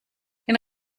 den